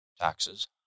Taxes